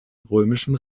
römischen